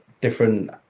different